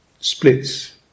splits